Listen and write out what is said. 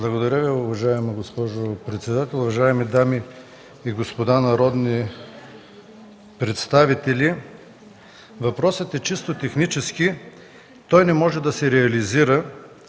ТАКОРОВ (КБ): Уважаема госпожо председател, уважаеми дами и господа народни представители! Въпросът е чисто технически. Той не може да се реализира.